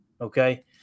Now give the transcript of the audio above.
Okay